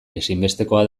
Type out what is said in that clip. ezinbestekoa